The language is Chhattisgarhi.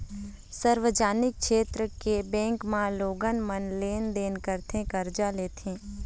सार्वजनिक छेत्र के बेंक म लोगन मन लेन देन करथे, करजा लेथे